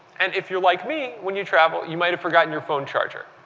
and if you're like me when you travel, you might have forgotten your phone charge er.